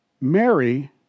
Mary